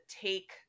take